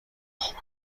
خوبم